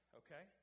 okay